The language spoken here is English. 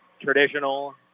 traditional